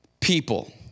people